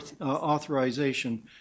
authorization